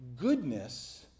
goodness